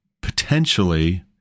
potentially